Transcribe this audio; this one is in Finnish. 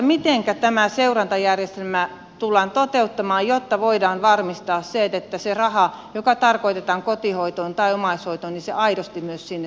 mitenkä tämä seurantajärjestelmä tullaan toteuttamaan jotta voidaan varmistaa se että se raha joka tarkoitetaan kotihoitoon tai omaishoitoon aidosti myös sinne suuntautuu